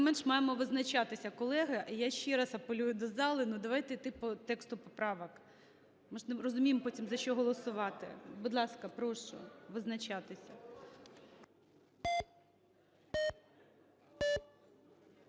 не менш, маємо визначатися, колеги. Я ще раз апелюю до зали, ну давайте йти по тексту поправок. Ми ж не розуміємо потім, за що голосувати. Будь ласка, прошу визначатися.